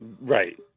Right